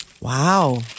Wow